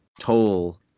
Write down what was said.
toll